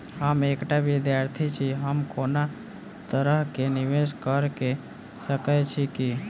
हम एकटा विधार्थी छी, हम कोनो तरह कऽ निवेश कऽ सकय छी की?